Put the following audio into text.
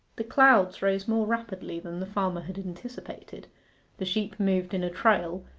the clouds rose more rapidly than the farmer had anticipated the sheep moved in a trail,